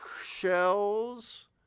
shells